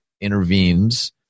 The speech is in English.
intervenes